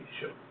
show